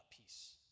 peace